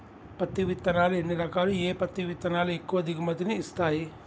పత్తి విత్తనాలు ఎన్ని రకాలు, ఏ పత్తి విత్తనాలు ఎక్కువ దిగుమతి ని ఇస్తాయి?